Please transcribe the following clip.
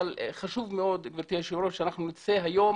אבל חשוב מאוד גברתי היושבת ראש שאנחנו נצא היום